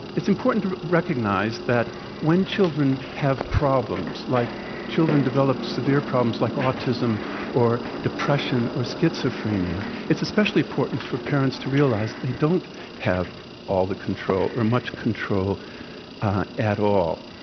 it's important to recognize that when children have problems like children develop severe problems like autism or depression or schizophrenia, it's especially important for parents to realize they don't have all the control or much control at all.